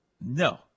No